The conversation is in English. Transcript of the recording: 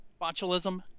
botulism